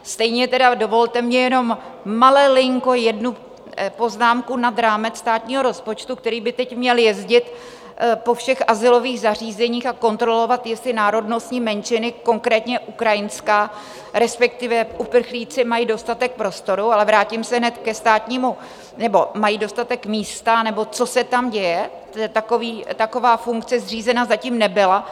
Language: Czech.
Stejně tedy dovolte mně jenom malilinko jednu poznámku nad rámec státního rozpočtu, který by teď měl jezdit po všech azylových zařízeních a kontrolovat, jestli národnostní menšiny, konkrétně ukrajinská, respektive uprchlíci, mají dostatek prostoru ale vrátím se hned ke státnímu nebo mají dostatek místa anebo co se tam děje, protože taková funkce zřízena zatím nebyla.